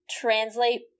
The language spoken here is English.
translate